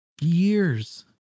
years